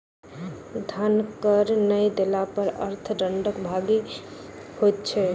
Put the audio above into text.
धन कर नै देला पर अर्थ दंडक भागी होइत छै